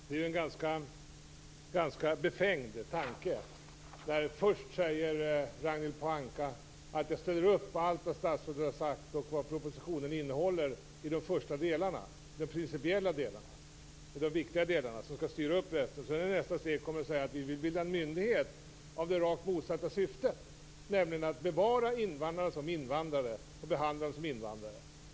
Fru talman! Det här är ganska befängt. Först säger Ragnhild Pohanka: Jag ställer upp på allt som statsrådet har sagt och allt vad propositionen innehåller i de första delarna, de principiella delarna, de viktiga delarna som skall styra upp resten. I nästa steg kommer hon och säger att vi vill bilda en myndighet med det rakt motsatta syftet, nämligen att bevara invandrarna som invandrare och behandla dem som invandrare.